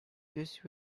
this